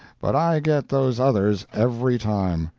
but i get those others every time.